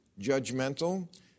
judgmental